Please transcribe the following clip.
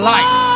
Light